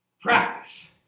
Practice